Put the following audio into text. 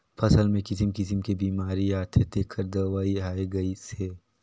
फसल मे किसिम किसिम के बेमारी आथे तेखर दवई आये गईस हे